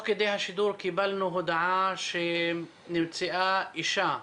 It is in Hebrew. כדי השידור קיבלנו הודעה שנמצאה אישה,